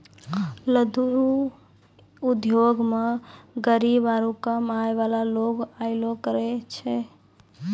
लघु उद्योगो मे गरीब आरु कम आय बाला लोग अयलो करे छै